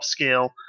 upscale